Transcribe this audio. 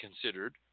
considered